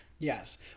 Yes